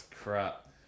crap